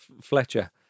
Fletcher